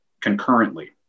concurrently